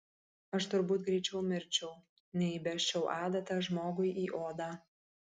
aš turbūt greičiau mirčiau nei įbesčiau adatą žmogui į odą